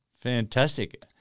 Fantastic